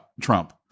Trump